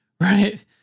right